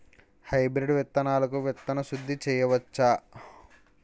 Hybrid విత్తనాలకు విత్తన శుద్ది చేయవచ్చ?